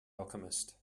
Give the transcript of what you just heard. alchemist